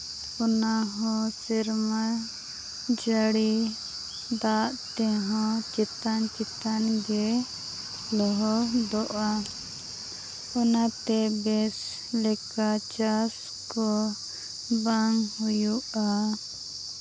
ᱚᱱᱟ ᱦᱚᱸ ᱥᱮᱨᱢᱟ ᱡᱟᱹᱲᱤ ᱫᱟᱜ ᱛᱮᱦᱚᱸ ᱪᱮᱛᱟᱱ ᱪᱮᱛᱟᱱ ᱜᱮ ᱞᱚᱦᱚᱫᱚᱜᱼᱟ ᱚᱱᱟᱛᱮ ᱵᱮᱥ ᱞᱮᱠᱟ ᱪᱟᱥ ᱠᱚ ᱵᱟᱝ ᱦᱩᱭᱩᱜᱼᱟ